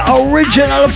original